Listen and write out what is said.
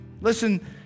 Listen